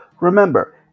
remember